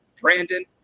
Brandon